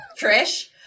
Trish